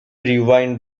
rewind